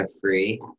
free